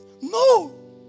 No